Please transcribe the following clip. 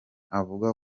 avuga